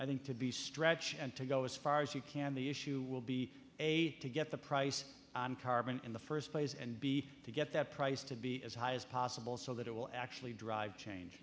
i think to be stretch and to go as far as you can the issue will be a to get the price on carbon in the first place and b to get that price to be as high as possible so that it will actually drive change